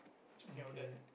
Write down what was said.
okay